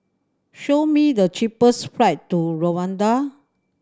show me the cheapest flight to Rwanda